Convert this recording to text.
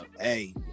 Hey